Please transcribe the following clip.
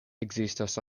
ekzistas